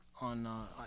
on